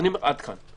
אני אומר עד כאן.